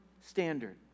standard